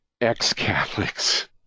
ex-Catholics